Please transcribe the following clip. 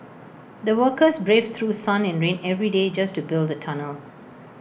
the workers braved through sun and rain every day just to build the tunnel